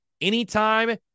anytime